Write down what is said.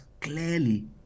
clearly